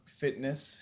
fitness